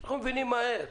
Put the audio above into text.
אנחנו מבינים מהר.